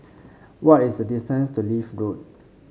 what is the distance to Leith Road